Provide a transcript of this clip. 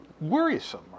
worrisome